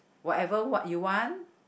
whatever what you want